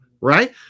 right